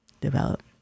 develop